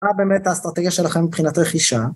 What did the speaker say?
הייתה באמת האסטרטגיה שלכם מבחינת רכישה